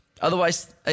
Otherwise